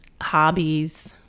hobbies